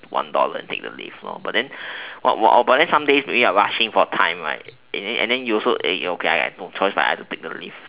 one dollar and take the lift but then some days maybe you are rushing for time right and then you also okay no choice but to take the lift